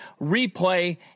replay